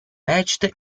merged